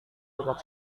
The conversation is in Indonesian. dekat